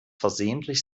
versehentlich